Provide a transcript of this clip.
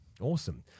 Awesome